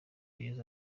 yesu